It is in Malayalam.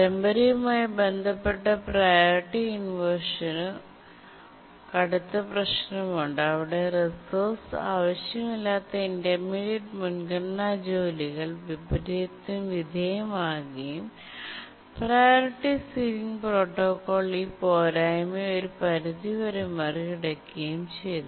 പാരമ്പര്യവുമായി ബന്ധപ്പെട്ട പ്രിയോറിറ്റി ഇൻവെർഷൻ ന് കടുത്ത പ്രശ്നമുണ്ട് അവിടെ റിസോഴ്സ് ആവശ്യമില്ലാത്ത ഇന്റർമീഡിയറ്റ് മുൻഗണനാ ജോലികൾ വിപരീതത്തിന് വിധേയമാവുകയും പ്രിയോറിറ്റി സീലിംഗ് പ്രോട്ടോക്കോൾ ഈ പോരായ്മയെ ഒരു പരിധി വരെ മറികടക്കുകയും ചെയ്യുന്നു